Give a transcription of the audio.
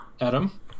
Adam